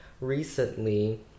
recently